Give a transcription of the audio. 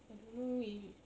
I don't know we